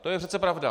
To je přece pravda.